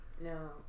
No